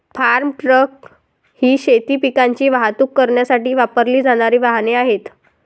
form truck ही शेती पिकांची वाहतूक करण्यासाठी वापरली जाणारी वाहने आहेत